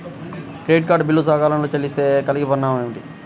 Credit card bill సకాలంలో చెల్లిస్తే కలిగే పరిణామాలేమిటి?